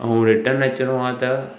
ऐं रिटर्न अचिणो आहे त